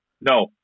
No